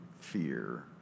fear